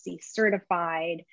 certified